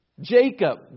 Jacob